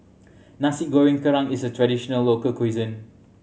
Nasi Goreng Kerang is a traditional local cuisine